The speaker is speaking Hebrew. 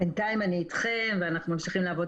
בינתיים אני אתכם ואנחנו ממשיכים לעבוד